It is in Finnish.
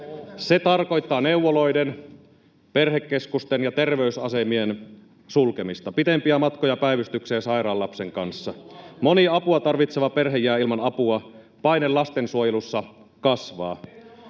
Se tarkoittaa neuvoloiden, perhekeskusten ja terveysasemien sulkemista, pitempiä matkoja päivystykseen sairaan lapsen kanssa. [Vilhelm Junnila: Kotikunta—maakunta-malli!] Moni apua tarvitseva perhe jää ilman apua. Paine lastensuojelussa kasvaa.